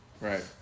Right